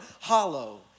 hollow